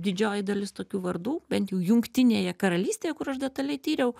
didžioji dalis tokių vardų bent jau jungtinėje karalystėje kur aš detaliai tyriau